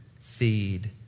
Feed